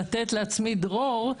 ולתת לעצמי דרור,